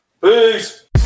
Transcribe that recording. Peace